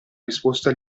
risposta